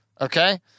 Okay